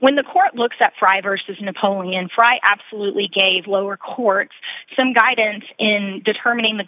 when the court looks at freiburg as napoleon fry absolutely gave lower courts some guidance in determining the